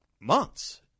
months